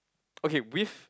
okay with